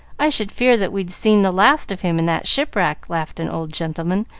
i should fear that we'd seen the last of him in that shipwreck, laughed an old gentleman,